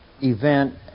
event